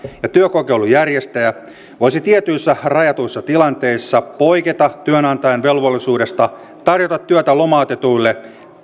ja työkokeilun järjestäjä voisi tietyissä rajatuissa tilanteissa poiketa työnantajan velvollisuudesta tarjota työtä lomautetuille